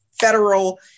federal